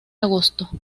agosto